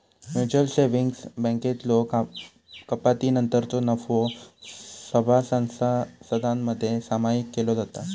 mutual savings बँकेतलो कपातीनंतरचो नफो सभासदांमध्ये सामायिक केलो जाता